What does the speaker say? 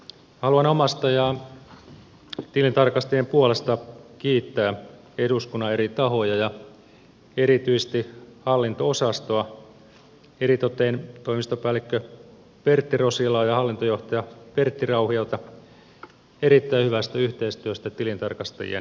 haluan omasta ja tilintarkastajien puolesta kiittää eduskunnan eri tahoja ja erityisesti hallinto osastoa eritoten toimistopäällikkö pertti rosilaa ja hallintojohtaja pertti rauhiota erittäin hyvästä yhteistyöstä tilintarkastajien kanssa